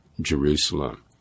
Jerusalem